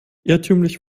irrtümlich